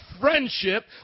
friendship